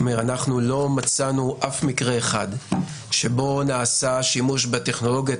אנחנו לא מצאנו אף מקרה שבו נעשה שימוש בטכנולוגיות